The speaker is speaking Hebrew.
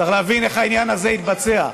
צריך להבין איך העניין הזה התבצע.